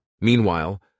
Meanwhile